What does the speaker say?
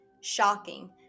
shocking